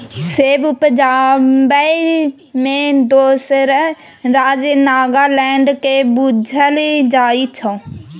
सेब उपजाबै मे दोसर राज्य नागालैंड केँ बुझल जाइ छै